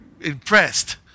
impressed